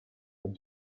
but